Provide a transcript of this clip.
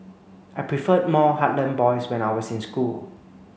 I preferred more heartland boys when I was in school